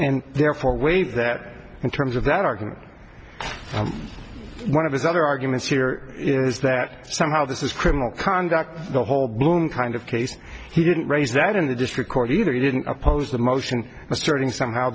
and therefore waive that in terms of that argument one of his other arguments here is that somehow this is criminal conduct the whole bloom kind of case he didn't raise that in the district court either he didn't oppose the motion starting somehow